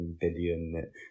billion